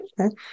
Okay